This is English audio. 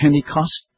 Pentecost